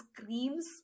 screams